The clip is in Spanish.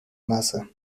massa